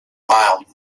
mild